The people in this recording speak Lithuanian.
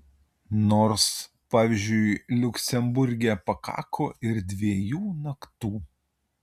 nors pavyzdžiui liuksemburge pakako ir dviejų naktų